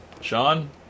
Sean